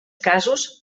casos